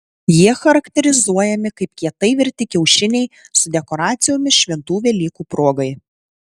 jie charakterizuojami kaip kietai virti kiaušiniai su dekoracijomis šventų velykų progai